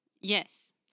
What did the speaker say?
Yes